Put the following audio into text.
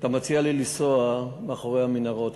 אתה מציע לי לנסוע אל מאחורי המנהרות,